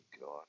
God